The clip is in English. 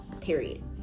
period